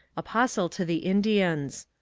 apostle to the indians.